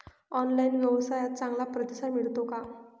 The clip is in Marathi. ऑनलाइन व्यवसायात चांगला प्रतिसाद मिळतो का?